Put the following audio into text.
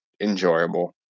enjoyable